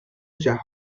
جهان